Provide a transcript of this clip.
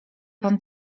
pan